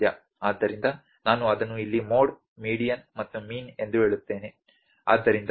ಆದ್ದರಿಂದ ನಾನು ಅದನ್ನು ಇಲ್ಲಿ ಮೋಡ್ ಮೀಡಿಯನ್ ಮತ್ತು ಮೀನ್ ಎಂದು ಹೇಳುತ್ತೇನೆ